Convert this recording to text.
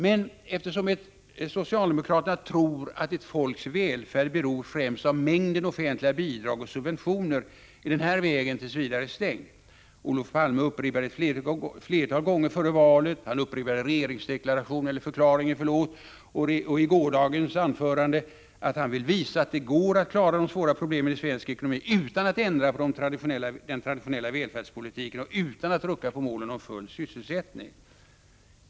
Men eftersom socialdemokraternå tror att ett folks välfärd beror främst på mängden offentliga bidrag och subventioner, är den vägen tills vidare stängd. Olof Palme upprepade ett flertal gånger före valet, och han upprepade det i regeringsförklaringen och i gårdagens anförande, att han vill visa att det går att klara de svåra problemen i svensk ekonomi utan att ändra på den traditionella välfärdspolitiken och utan att rucka på målet om full sysselsättning.